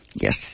Yes